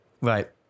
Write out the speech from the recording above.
Right